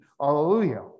Hallelujah